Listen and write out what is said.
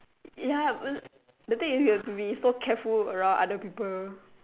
ya the thing is you have to be so careful around other people